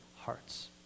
hearts